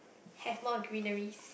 have more greenery